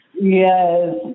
Yes